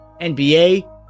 NBA